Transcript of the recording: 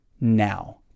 now